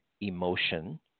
emotion